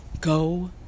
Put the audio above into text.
Go